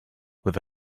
with